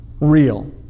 real